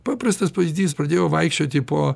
paprastas pavyzdys pradėjau vaikščioti po